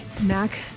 Mac